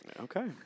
Okay